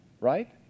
right